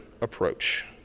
approach